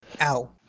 Ow